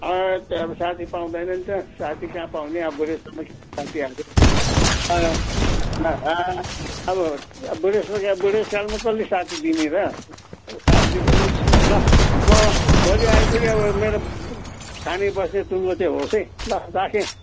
साथी पाउँदैन नि त साथी कहाँ पाउने अब बुढेस कालमा अब बुढेस बुढेस कालमा कसले साथी दिने र साथ दिने ल म भोलि आइपुगेँ अब मेरो खाने बस्ने टुङ्गो चाहिँ होस् ल राखेँ